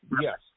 Yes